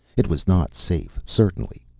it was not safe, certainly.